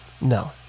no